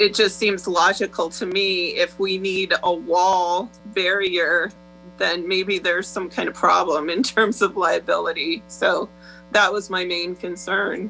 it just seems logical to me if we need a wall barrier then maybe there's some kind of problem in terms of liability so that was my main concern